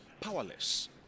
powerless